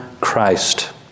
Christ